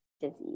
disease